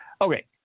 Okay